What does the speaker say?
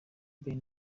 ben